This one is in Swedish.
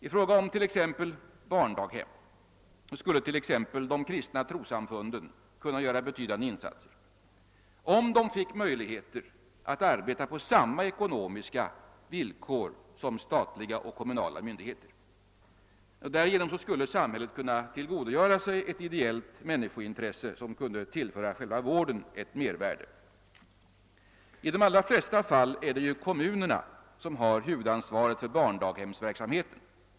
I fråga om t.ex. barndaghem skulle de kristna trossamfunden kunna göra betydande insatser, om de fick möjligheter att arbeta på samma ekonomiska villkor som statliga och kommunala myndigheter. Därigenom skulle samhället kunna tillgodogöra sig ett ideellt människointresse, som kunde tillföra själva vården ett mervärde. I de allra flesta fall är det kommunerna som har huvudansvaret för barndaghemsverksamheten.